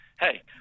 Hey